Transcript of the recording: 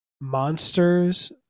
monsters